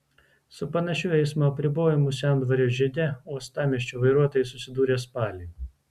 su panašiu eismo apribojimu sendvario žiede uostamiesčio vairuotojai susidūrė spalį